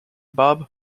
bob